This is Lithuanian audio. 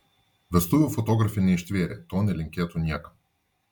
vestuvių fotografė neištvėrė to nelinkėtų niekam